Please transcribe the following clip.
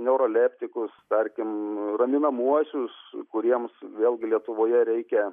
neuroleptikus tarkim raminamuosius kuriems vėlgi lietuvoje reikia